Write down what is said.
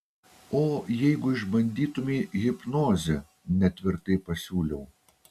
o jeigu išbandytumei hipnozę netvirtai pasiūliau